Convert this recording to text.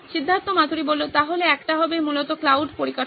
সিদ্ধার্থ মাতুরি তাহলে একটা হবে মূলত ক্লাউড পরিকাঠামো